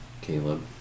Caleb